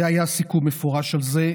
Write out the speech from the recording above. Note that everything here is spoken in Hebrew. והיה סיכום מפורש על זה,